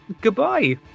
goodbye